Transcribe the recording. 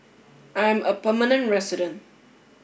I am a permanent resident